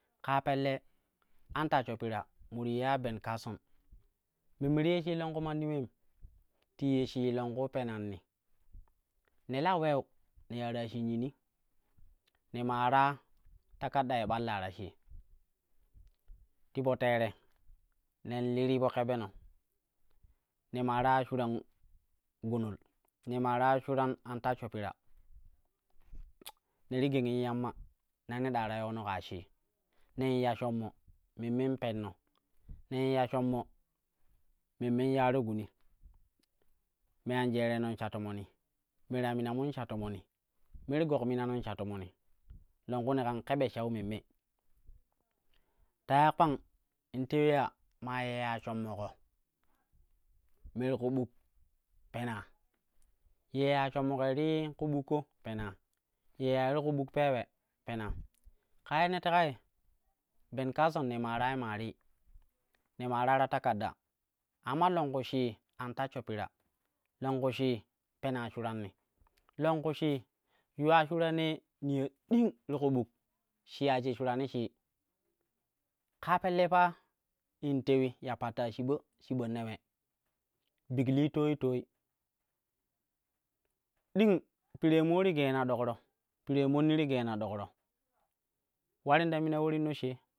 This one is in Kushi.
Kaa pelle an tashsho pira mo ti ye ya ben cason, memme ti ye shi longku manni uleyim ti ye shii longku penanni ne la uleu ne yaara shinyi ni ne maara takadda ye ɓalla ta shii, ti po tere nen li ti po kebeno ne maa ta ya shuran gunul, ne maa ta ya shuran am tashsho pira ne ti gengi yamma ne ɗa ta yono ka shii nen ya shommo memmen penna, nen ya shommo memmen yaro guni me anjerenon sha tomoni, me ta minamu in sha tomoni, me ti gog minanan sha tomoni longku ne kan kebe shau memme. Ta ya kpang in tewi ya maa yeya shommoƙo me ti ku buk pena, ye yeya shommo kei ti ku bukƙo pene, ye yeyai ti ku buk peewe pena. Ka ye ne tekai, ben cason ne maarai maari, ne maara ta takaɗɗa amma longku shii an tashsho pira longku shii pena shurani, longku shii yuwa shuran ye niyo ding ti ku buk shiya shik shurani shii. Kaa pelle pa in twei ya patta shiba shiba newe biglil toii toii ding pira mo ti geene ɗoƙro, piree monni ti geene ɗoƙro in ularin ta mina morim no shee.